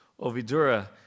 Ovidura